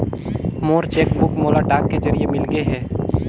मोर cheque book मोला डाक के जरिए मिलगे हे